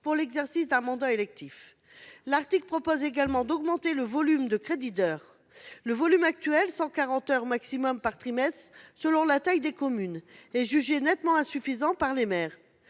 pour l'exercice d'un mandat électif. Par ailleurs, cet article prévoit d'augmenter le volume du crédit d'heures. Le volume actuel- jusqu'à 140 heures au maximum par trimestre selon la taille des communes -est jugé nettement insuffisant par les maires.